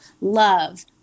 love